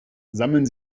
sammeln